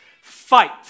fight